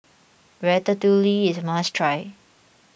Ratatouille is a must try